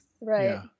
Right